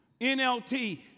NLT